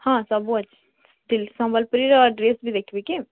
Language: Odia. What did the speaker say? ହଁ ସବୁ ଅଛି ସମ୍ୱଲପୁରୀର ଡ଼୍ରେସ୍ ବି ଦେଖିବେ କି